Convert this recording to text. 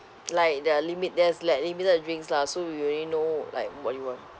like the limit there's like limited drinks lah so you already know like what you want